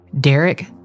Derek